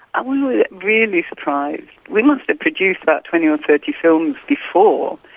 ah we were really surprised we must have produced about twenty or thirty films before,